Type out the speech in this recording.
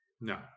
No